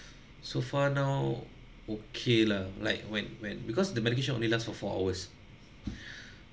so far now okay lah like when when because the medication only last for four hours